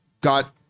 got